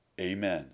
Amen